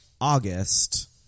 August